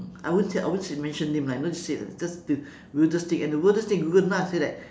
I won't say I won't say mention name lah like don't say like that just the weirdest thing and the weirdest thing google now I feel that